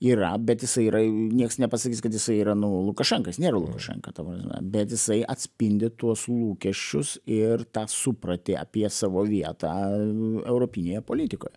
yra bet jisai yra nieks nepasakys kad jisai yra nu lukašenka jis nėra lukašenka ta prasme bet jisai atspindi tuos lūkesčius ir tą supratį apie savo vietą europinėje politikoje